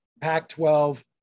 Pac-12